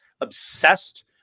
obsessed